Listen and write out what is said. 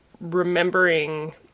remembering